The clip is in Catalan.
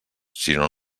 sinó